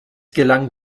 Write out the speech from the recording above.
gelang